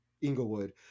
inglewood